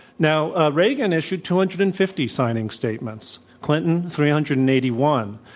now, reagan issued two hundred and fifty signing statements, clinton, three hundred and eighty one,